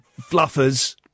fluffers